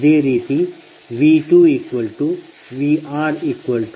ಅದೇ ರೀತಿ V2VrI2Z21∠03